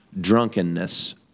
drunkenness